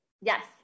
Yes